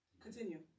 Continue